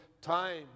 time